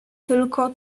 tylko